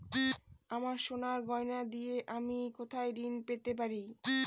আমার সোনার গয়নার দিয়ে আমি কোথায় ঋণ পেতে পারি?